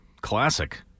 Classic